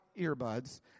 earbuds